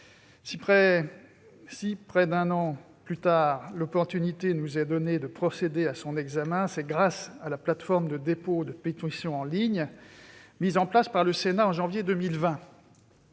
Si, près d'un an plus tard, l'opportunité nous est donnée de procéder à son examen, c'est grâce à la plateforme de dépôt de pétitions en ligne mise en place par le Sénat en janvier 2020.